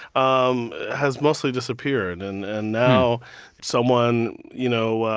um has mostly disappeared and and now someone, you know,